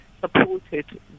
supported